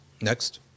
Next